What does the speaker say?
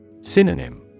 Synonym